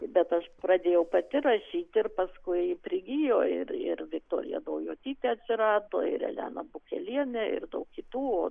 bet aš pradėjau pati rašyti ir paskui prigijo ir ir viktorija daujotytė atsirado ir elena bukelienė ir daug kitų